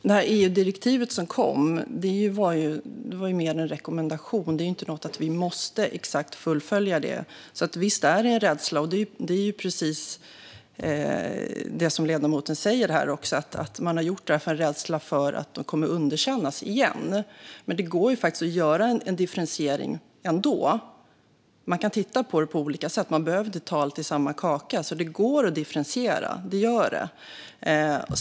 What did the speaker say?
Fru talman! EU-direktivet som kom var mer en rekommendation. Det är inte så att vi exakt måste fullfölja det. Visst är det en rädsla. Det är precis det som ledamoten här säger. Man har gjort det av rädsla för att det kommer att underkännas igen. Det går ändå att göra en differentiering. Man kan titta på det på olika sätt. Man behöver inte ta allt i samma kaka. Det går att differentiera.